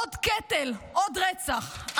עוד קטל, עוד רצח.